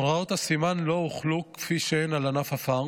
הוראות הסימן לא הוחלו כפי שהן על ענף הפארם,